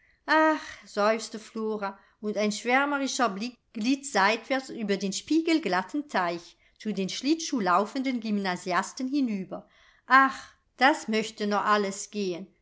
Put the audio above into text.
ach seufzte flora und ein schwärmerischer blick glitt seitwärts über den spiegelglatten teich zu den schlittschuhlaufenden gymnasiasten hinüber ach das möchte noch alles gehen